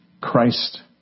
Christ